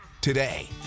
today